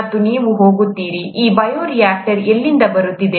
ಮತ್ತು ನೀವು ಹೋಗುತ್ತೀರಿ ಈ ಬಯೋರಿಯಾಕ್ಟರ್ ಎಲ್ಲಿಂದ ಬರುತ್ತಿದೆ